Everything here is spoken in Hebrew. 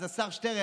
אז השר שטרן,